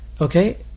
Okay